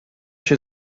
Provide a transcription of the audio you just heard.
się